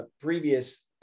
previous